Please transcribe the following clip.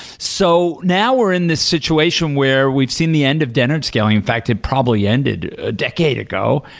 so now we're in this situation where we've seen the end of dennard scaling. in fact, it probably ended a decade ago.